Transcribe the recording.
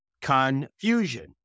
confusion